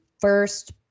first